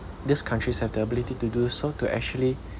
these countries have the ability to do so to actually